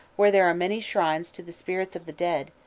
where there are many shrines to the spirits of the dead,